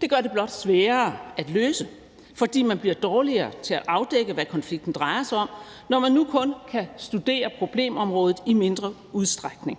Det gør det blot sværere at løse, fordi man bliver dårligere til at afdække, hvad konflikten drejer sig om, når man nu kun kan studere problemområdet i mindre udstrækning.